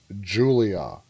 Julia